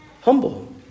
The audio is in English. humble